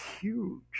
huge